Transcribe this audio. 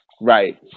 Right